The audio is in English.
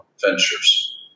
ventures